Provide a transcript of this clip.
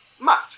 Matt